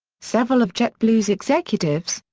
several of jetblue's executives,